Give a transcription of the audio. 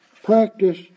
Practice